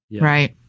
right